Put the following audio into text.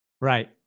right